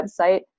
website